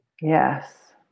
Yes